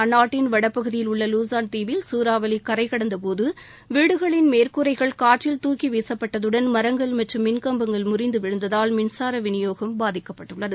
அந்நாட்டின் வடபகுதியில் உள்ள லூசான் தீவில் சூறாவளி கரை கடந்தபோது வீடுகளின் மேற்கூரைகள் காற்றில் தூக்கி வீசப்பட்டதுடன் மரங்கள் மற்றும் மின்கம்பங்கள் முறிந்து விழுந்ததால் மின்சார விநியோகம் பாதிக்கப்பட்டுள்ளது